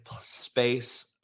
space